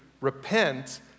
repent